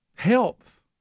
Health